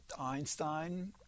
Einstein